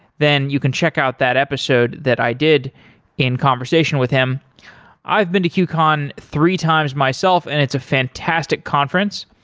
then you can check out that episode that i did in conversation with him i've been to qcon three times myself and it's a fantastic conference.